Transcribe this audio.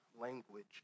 language